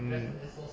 mm